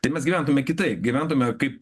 tai mes gyventume kitaip gyventume kaip